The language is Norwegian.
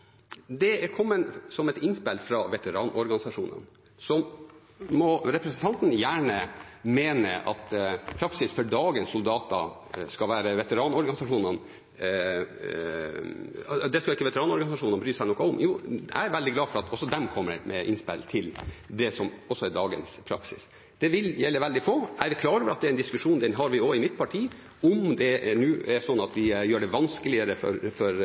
er kommet som et innspill fra veteranorganisasjonene. Representanten Huitfeldt må gjerne mene at veteranorganisasjonene ikke skal bry seg noe om praksisen for dagens soldater. Jeg er veldig glad for at også de kommer med innspill til det som er dagens praksis. Dette vil gjelde veldig få. Jeg er klar over at det er en diskusjon – den har vi også i mitt parti – om vi nå gjør det vanskeligere for soldatene å ta sin foreldrepermisjon. Men vi har sagt at det